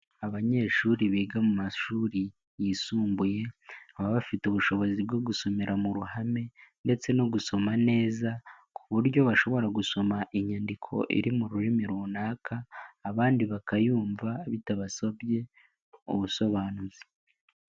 Abanyeshuri biga mu mashuri yisumbuye baba bafite ubushobozi bwo gusomera mu ruhame ndetse no gusoma neza ku buryo bashobora gusoma inyandiko iri mu rurimi runaka, abandi bakayumva bitabasabye ubusobanuzi.